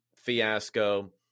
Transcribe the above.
fiasco